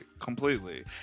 Completely